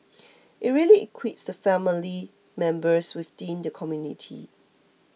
it really equips the family members within the community